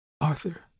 Arthur